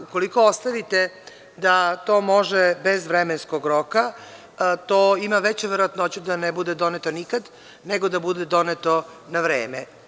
Ukoliko ostavite da to može bez vremenskog roka, to ima veću verovatnoću da ne bude doneta nikada nego da bude doneto na vreme.